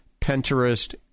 Pinterest